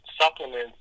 supplements